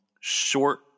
short